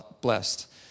blessed